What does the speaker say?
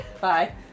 Bye